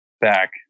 back